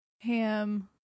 ham